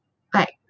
like